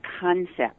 concept